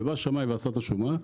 ובא שמאי ועשה את השומה,